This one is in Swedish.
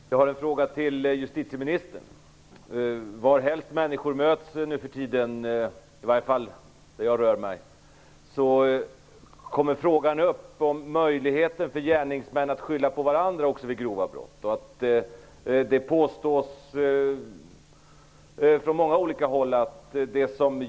Herr talman! Jag har en fråga till justitieministern. Varhelst människor möts nu för tiden, i varje fall där jag rör mig, diskuteras möjligheten för gärningsmän att skylla på varandra vid grova brott.